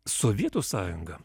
sovietų sąjunga